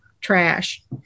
trash